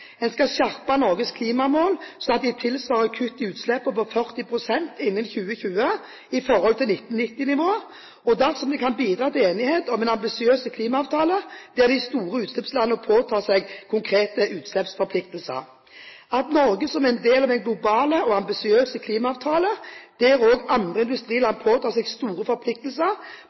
en ambisiøs klimaavtale der de store utslippslandene påtar seg konkrete utslippsforpliktelser at Norge, som en del av en global og ambisiøs klimaavtale der også andre industriland påtar seg store forpliktelser,